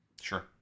Sure